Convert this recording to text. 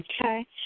Okay